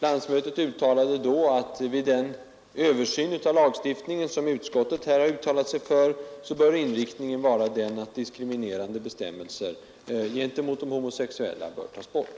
Landsmötet uttalade då, att vid den översyn av lagstiftningen, som utskottet här har uttalat sig för, inriktningen bör vara den, att diskriminerande bestämmelser gentemot de homosexuella bör tas bort.